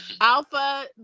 Alpha